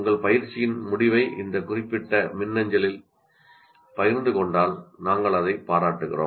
உங்கள் பயிற்சியின் முடிவை இந்த குறிப்பிட்ட மின்னஞ்சலில் பகிர்ந்து கொண்டால் நாங்கள் அதைப் பாராட்டுகிறோம்